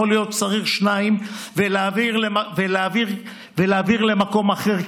יכול להיות שצריך שניים ולהעביר למקום אחר,